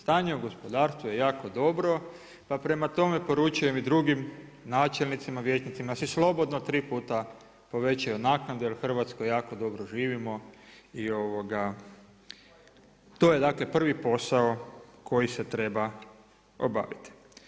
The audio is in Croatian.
Stanje u gospodarstvu je jako dobro pa prema tome poručujem i drugim načelnicima, vijećnicima da si slobodno tri puta povećaju naknade jer u Hrvatskoj jako dobro živimo i to je dakle prvi posao koji se treba obaviti.